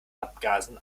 abgasen